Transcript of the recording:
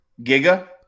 Giga